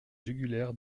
jugulaires